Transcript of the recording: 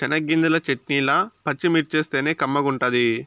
చెనగ్గింజల చెట్నీల పచ్చిమిర్చేస్తేనే కమ్మగుంటది